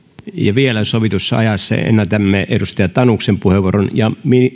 sovitussa ajassa ennätämme vielä edustaja tanuksen puheenvuoron ja